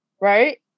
right